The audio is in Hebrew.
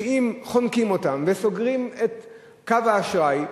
כי אם חונקים אותם וסוגרים את קו האשראי,